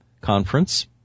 conference